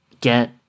get